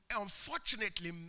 Unfortunately